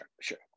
sure